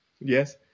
Yes